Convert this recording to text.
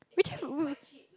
which I